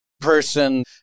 person